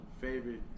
favorite